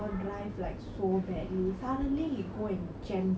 then அந்த:antha old lady கீழே விழுந்துட்டா:kile vilunthuttaa